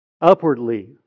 upwardly